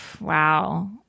wow